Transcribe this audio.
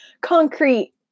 Concrete